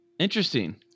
Interesting